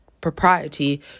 propriety